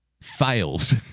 fails